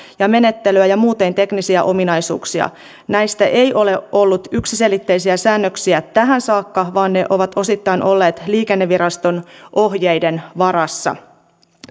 ja menettelyä ja muuten teknisiä ominaisuuksia näistä ei ole ollut yksiselitteisiä säännöksiä tähän saakka vaan ne ovat osittain olleet liikenneviraston ohjeiden varassa